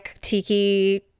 Tiki